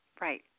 Right